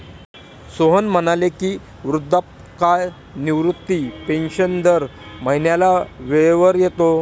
सोहन म्हणाले की, वृद्धापकाळ निवृत्ती पेन्शन दर महिन्याला वेळेवर येते